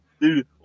Dude